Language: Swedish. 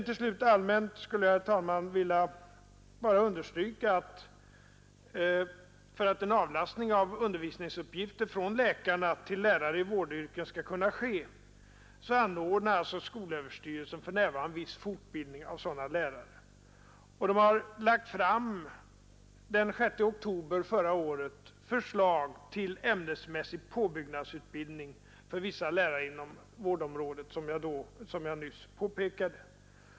Till slut skulle jag, herr talman, rent allmänt vilja understryka att skolöverstyrelsen för att en avlastning av undervisningsuppgifter från läkarna till lärare i vårdyrken skall kunna ske anordnar en viss fortbildning av sådana lärare. Den 6 oktober förra året lades fram förslag till ämnesmässig påbyggnadsutbildning för vissa lärare inom vårdområdet, som jag nyss påpekade.